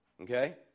okay